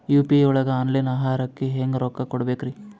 UPI ಒಳಗ online ಆಹಾರಕ್ಕೆ ಹೆಂಗ್ ರೊಕ್ಕ ಕೊಡಬೇಕ್ರಿ?